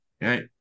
right